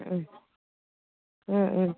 ம் ம்ம்